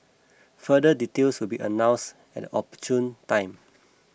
further details will be announced at an opportune time